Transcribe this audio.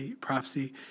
prophecy